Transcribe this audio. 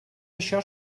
això